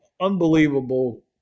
Unbelievable